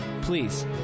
Please